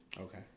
Okay